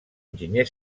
enginyer